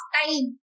time